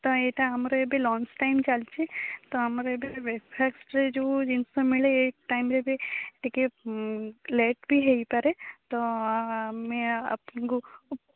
ତ ଏଇଟା ଆମର ଏବେ ଲଞ୍ଚ ଟାଇମ୍ ଚାଲିଛି ତ ଆମର ଏବେ ବ୍ରେକଫାଷ୍ଟରେ ଯେଉଁ ଜିନିଷ ମିଳେ ଏ ଟାଇମ୍ରେ ବି ଟିକିଏ ଲେଟ୍ ବି ହେଇପାରେ ତ ଆମେ ଆପଣଙ୍କୁ